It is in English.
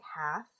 half